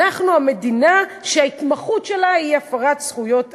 אנחנו המדינה שההתמחות שלה היא הפרת זכויות אדם.